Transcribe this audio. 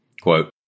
Quote